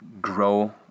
grow